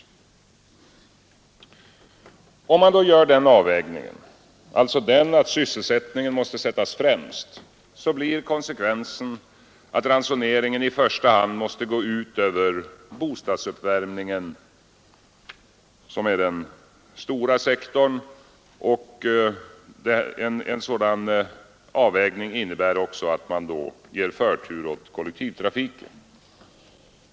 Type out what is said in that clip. Gör man den avvägningen — alltså att sysselsättningen sätts främst — blir konsekvensen att ransoneringen i första hand måste gå ut över bostadsuppvärmningen, som är det andra stora förbrukningsområdet vid sidan av industrin. En sådan avvägning innebär också att man ger förtur åt kollektivtrafiken.